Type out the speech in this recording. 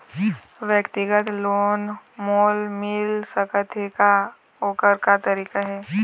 व्यक्तिगत लोन मोल मिल सकत हे का, ओकर का तरीका हे?